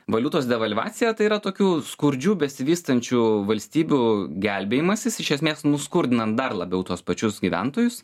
valiutos devalvacija tai yra tokių skurdžių besivystančių valstybių gelbėjimasis iš esmės nuskurdinant dar labiau tuos pačius gyventojus